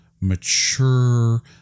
mature